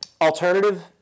alternative